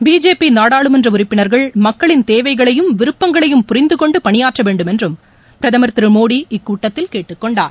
BJP நாடாளுமன்ற உறுப்பினர்கள் மக்களின் தேவைகளையும் விருப்பங்களையும் புரிந்தகொண்டு பணியாற்ற வேண்டும் என்றும் பிரதமர் திரு மோடி இக்கூட்டத்தில் கேட்டுக்கொண்டார்